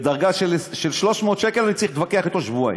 על דרגה של 300 שקל אני צריך להתווכח אתו שבועיים,